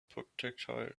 projectile